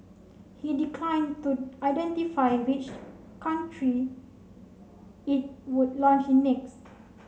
he declined to identify which country it would launch in next